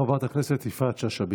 חברת הכנסת יפעת שאשא ביטון,